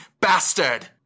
Bastard